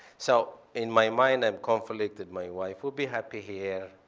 so in my mind, i'm conflicted. my wife will be happy here.